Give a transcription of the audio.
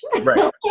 Right